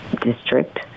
district